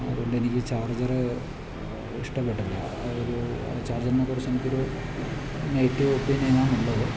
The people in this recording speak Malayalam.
അതുകൊണ്ട് എനിക്ക് ഈ ചാർജറ് ഇഷ്ടപ്പെട്ടില്ല അതൊരു ഈ ചാർജറിനെ കുറിച്ച് എനിക്കൊരു നെഗറ്റീവ് ഒപ്പീനിയനാണ് ഉള്ളത്